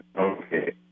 Okay